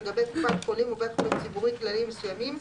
לגבי קופת חולים ובית חולים ציבורי כללי מסוימים,